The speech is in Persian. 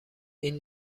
این